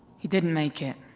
he didn't make it.